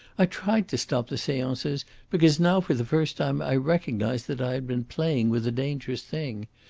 i tried to stop the seances because now for the first time i recognised that i had been playing with a dangerous thing.